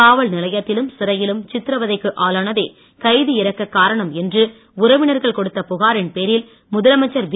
காவல் நிலையத்திலும் சிறையிலும் சித்ரவதைக்கு ஆளானதே கைதி இறக்கக் காரணம் என்று உறவினர்கள் கொடுத்த புகாரின் பேரில் முதலமைச்சர் வி